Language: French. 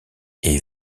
est